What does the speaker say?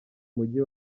mujyi